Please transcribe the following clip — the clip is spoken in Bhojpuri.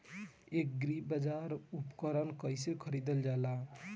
एग्रीबाजार पर उपकरण कइसे खरीदल जाला?